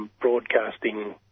broadcasting